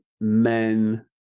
men